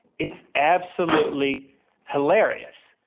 it's absolutely hilarious.